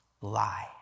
lie